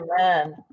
Amen